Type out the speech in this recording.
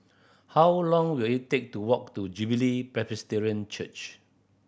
how long will it take to walk to Jubilee Presbyterian Church